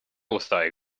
osterei